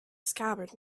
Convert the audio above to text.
scabbard